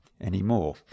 anymore